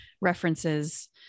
references